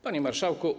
Panie Marszałku!